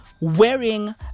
Wearing